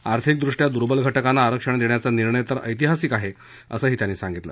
आर्थिकदृष्ट्या दुर्वल घटकांना आरक्षण देण्याचा निर्णय तर ऐतिहासिक आहे असं त्यांनी सांगितलं